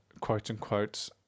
quote-unquote